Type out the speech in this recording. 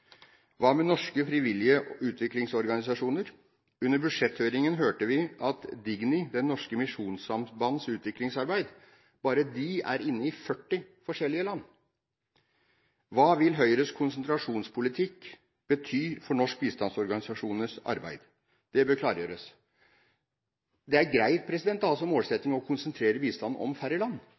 Hva med norske frivillige utviklingsorganisasjoner? Under budsjetthøringen hørte vi at Digni, norsk misjons utviklingsarbeid, er inne i 40 forskjellige land. Hva vil Høyres konsentrasjonspolitikk bety for norske bistandsorganisasjoners arbeid? Det bør klargjøres. Det er greit å ha som målsetting å konsentrere bistanden om færre land,